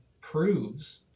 proves